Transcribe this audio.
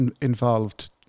involved